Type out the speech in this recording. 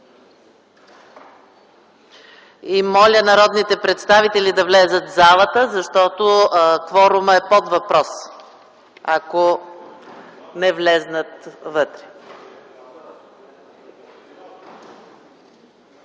Моля народните представители да влязат в залата, защото кворумът е под въпрос, ако не влязат вътре.